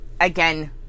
again